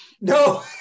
No